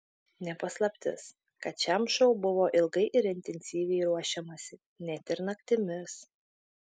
ne paslaptis kad šiam šou buvo ilgai ir intensyviai ruošiamasi net ir naktimis